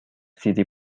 city